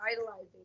idolizing